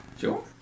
Sure